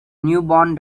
newborn